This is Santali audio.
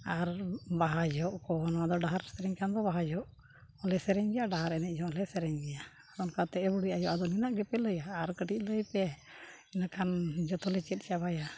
ᱟᱨ ᱵᱟᱦᱟ ᱡᱚᱦᱚᱜ ᱠᱚ ᱱᱚᱣᱟ ᱫᱚ ᱰᱟᱦᱟᱨ ᱥᱮᱨᱮᱧ ᱠᱷᱟᱱ ᱫᱚ ᱵᱟᱦᱟ ᱡᱚᱦᱚᱜ ᱦᱚᱸᱞᱮ ᱥᱮᱨᱮᱧ ᱜᱮᱭᱟ ᱰᱟᱦᱟᱨ ᱮᱱᱮᱡ ᱦᱚᱸᱞᱮ ᱥᱮᱨᱮᱧ ᱜᱮᱭᱟ ᱚᱱᱠᱟ ᱛᱮ ᱵᱩᱰᱷᱤ ᱟᱭᱳ ᱟᱫᱚ ᱱᱤᱱᱟᱹᱜ ᱜᱮᱯᱮ ᱞᱟᱹᱭᱟ ᱟᱨ ᱠᱟᱹᱴᱤᱡ ᱞᱟᱹᱭ ᱯᱮ ᱤᱱᱟᱹ ᱠᱷᱟᱱ ᱡᱚᱛᱚᱞᱮ ᱪᱮᱫ ᱪᱟᱵᱟᱭᱟ